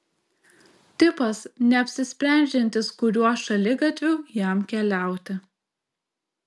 tipas neapsisprendžiantis kuriuo šaligatviu jam keliauti